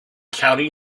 county